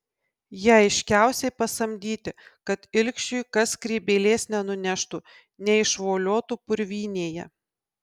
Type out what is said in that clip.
jie aiškiausiai pasamdyti kad ilgšiui kas skrybėlės nenuneštų neišvoliotų purvynėje